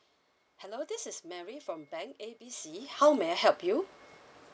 hello this is mary from bank A B C how may I help you